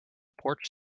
porch